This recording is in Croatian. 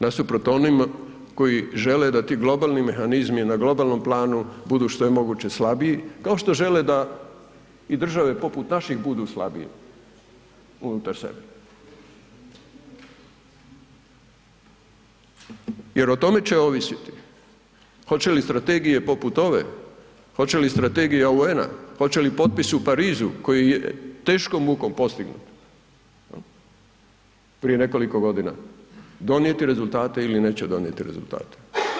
Nasuprot onima koji žene da ti globalni mehanizmi na globalnom planu budu što je mogu slabiji, kao što žele da i države, poput naših budu slabije unutar sebe jer o tome će ovisiti hoće li strategije poput ove, hoće li Strategija UN-a, hoće li potpis u Parizu koji je teškom mukom postignut, prije nekoliko godina, donijeti rezultate ili neće donijeti rezultate.